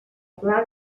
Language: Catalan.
pla